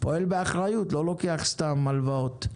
פועל באחריות ולא לוקח סתם הלוואות.